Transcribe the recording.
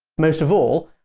most of all,